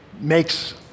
makes